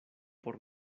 por